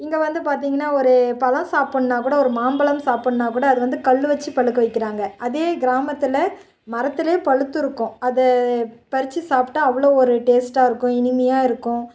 இங்கே வந்து பார்த்திங்கன்னா ஒரு பழம் சாப்பிட்ன்னாக்கூட ஒரு மாம்பழம் சாப்பிட்ன்னாக்கூட அது வந்து கல் வச்சு பழுக்க வைக்கிறாங்க அதே கிராமத்தில் மரத்துலேயே பழுத்திருக்கும் அதை பறித்து சாப்பிட்டா அவ்வளோ ஒரு டேஸ்ட்டாக இருக்கும் இனிமையாக இருக்கும்